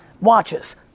Watches